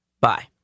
Bye